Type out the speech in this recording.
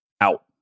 out